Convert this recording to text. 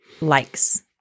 likes